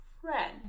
friend